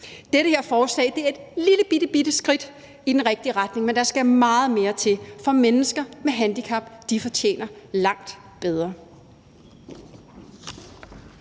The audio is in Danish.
Det her forslag er et lille bitte, bitte skridt i den rigtige retning, men der skal meget mere til, for mennesker med handicap fortjener langt bedre.